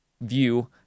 view